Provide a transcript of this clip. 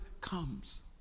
comes